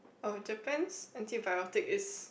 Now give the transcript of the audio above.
oh Japan's antibiotic is